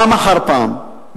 פעם אחר פעם,